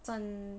赚